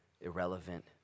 irrelevant